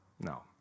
No